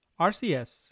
RCS